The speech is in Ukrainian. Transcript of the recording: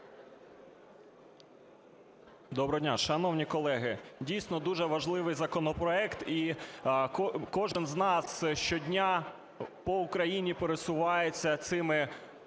Доброго дня. Шановні колеги, дійсно, дуже важливий законопроект, і кожен з нас щодня по Україні пересувається цими